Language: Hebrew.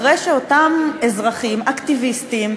אחרי שאותם אזרחים אקטיביסטים,